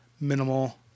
minimal